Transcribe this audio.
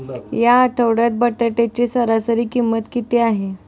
या आठवड्यात बटाट्याची सरासरी किंमत किती आहे?